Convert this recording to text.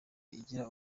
igira